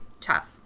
tough